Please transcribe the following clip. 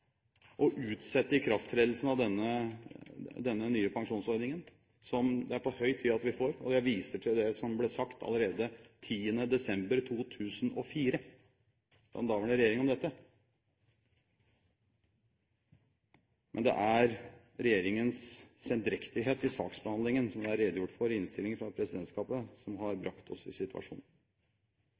å utsette ikrafttredelsen av denne nye pensjonsordningen, som det er på høy tid at vi får. Jeg viser til det som ble sagt allerede den 10. desember 2004 fra den daværende regjering om dette. Men det er regjeringens sendrektighet i saksbehandlingen, som det er redegjort for i innstillingen fra presidentskapet, som har brakt oss i